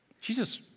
Jesus